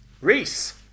Reese